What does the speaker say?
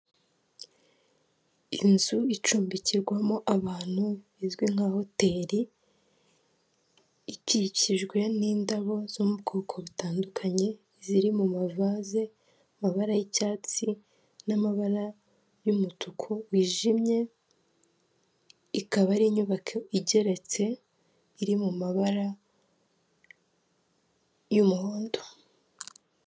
Inzu icumbikirwamo abantu izwi nka hoteli, ikikijwe n'indabo zo mu bwoko butandukanye ziri mu mavaze amabara y'icyatsi n'amabara y'umutuku wijimye, ikaba ari inyubako igeretse iri mu mabara y'umuhondo.